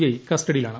I കസ്റ്റഡിയിലാണ്